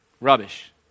rubbish